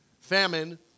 famine